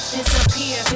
disappear